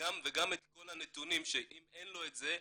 וגם את כל הנתונים שאם אין לו את זה,